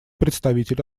представитель